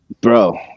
bro